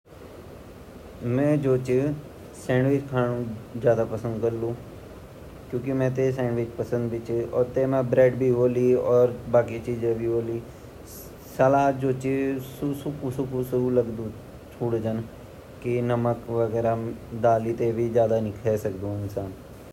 मेते वन ज़्यादा से ज़्यादा सलाद ही पसंद ची सैंडविच ता कभी-कभी ही पसंद ची सैंडविच ता चला कबि कबर भूखी छिन कखि सफर कन लगया छिन अर खानों नी तब हम संविच खानदा अर सलाद ता हम रोज़ खांदा ता हमा स्वास्त्य भी ठीक रोंदू।